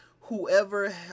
whoever